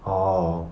orh